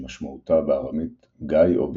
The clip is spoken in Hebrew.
שמשמעותה בארמית גיא או בקעה.